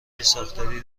ساختاری